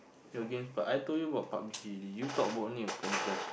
your games but I told you about Pub-G you talk about only about Candy-Crush